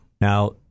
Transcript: now